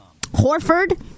Horford